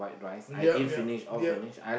yup yup yup